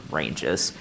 ranges